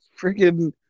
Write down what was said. freaking